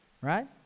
right